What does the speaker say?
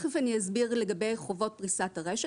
תיכף אני אסביר לגבי חובות פריסת הרשת